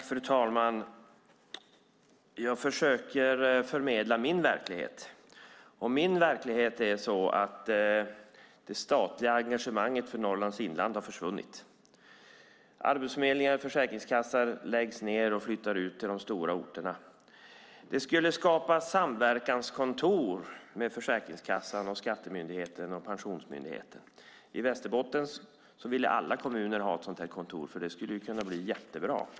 Fru talman! Jag försöker förmedla min verklighet. Det statliga engagemanget för Norrlands inland har försvunnit. Arbetsförmedlingar och försäkringskassekontor läggs ned och verksamheten flyttar ut till de stora orterna. Det skulle skapas samverkanskontor med Försäkringskassan, Skattemyndigheten och Pensionsmyndigheten. I Västerbotten ville alla kommuner ha ett sådant kontor, för det skulle kunna bli jättebra.